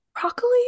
broccoli